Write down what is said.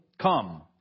Come